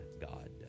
god